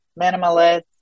minimalist